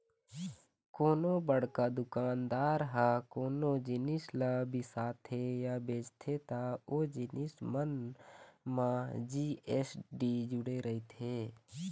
कोनो बड़का दुकानदार ह कोनो जिनिस ल बिसाथे या बेचथे त ओ जिनिस मन म जी.एस.टी जुड़े रहिथे